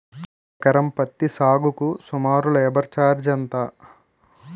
ఎకరం పత్తి సాగుకు సుమారు లేబర్ ఛార్జ్ ఎంత?